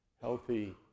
healthy